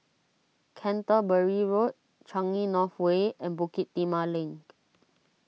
Canterbury Road Changi North Way and Bukit Timah Link